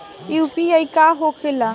UPI का होके ला?